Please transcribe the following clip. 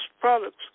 products